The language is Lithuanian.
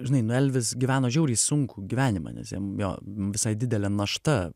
žinai nu elvis gyveno žiauriai sunkų gyvenimą nes jam jo visai didelė našta